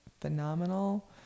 phenomenal